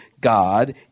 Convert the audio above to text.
God